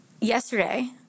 Yesterday